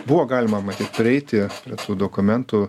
buvo galima matyt prieiti prie tų dokumentų